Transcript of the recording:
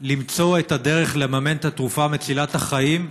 למצוא את הדרך לממן את התרופה מצילת החיים,